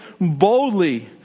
boldly